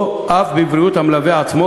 או אף בבריאות המלווה עצמו,